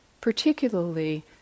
particularly